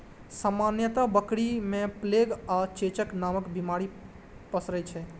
सामान्यतः बकरी मे प्लेग आ चेचक नामक बीमारी पसरै छै